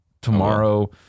Tomorrow